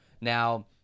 Now